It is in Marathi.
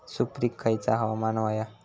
सुपरिक खयचा हवामान होया?